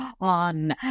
on